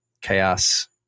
chaos